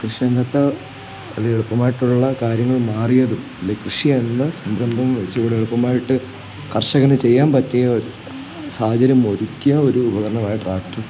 കൃഷി രംഗത്ത് വളരെ എളുപ്പമായിട്ടുള്ള കാര്യങ്ങൾ മാറിയതും അല്ലെങ്കിൽ കൃഷി അതിൽ നിന്ന് സംരംഭം ഇച്ചിരികൂടെ എളുപ്പമായിട്ട് കർഷകന് ചെയ്യാൻ പറ്റിയ സാഹചര്യം ഒരുക്കിയ ഒരു ഉപകരണമാണ് ട്രാക്ടർ